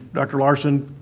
dr. larson,